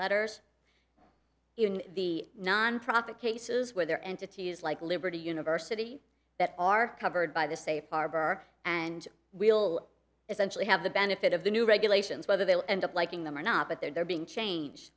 letters in the nonprofit cases where there entities like liberty university that are covered by the safe harbor and will essentially have the benefit of the new regulations whether they'll end up liking them or not but they're being change